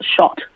shot